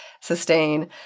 sustain